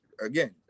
again